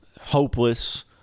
hopeless